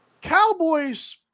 Cowboys